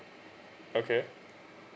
okay